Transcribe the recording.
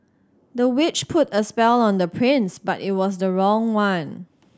the witch put a spell on the prince but it was the wrong one